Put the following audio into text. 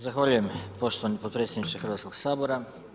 Zahvaljujem poštovani potpredsjedniče Hrvatskoga sabora.